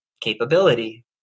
capability